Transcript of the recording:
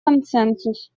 консенсус